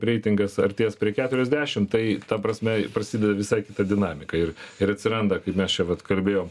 reitingas artės prie keturiasdešim tai ta prasme prasideda visai kita dinamika ir ir atsiranda kaip mes čia vat kalbėjom